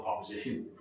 opposition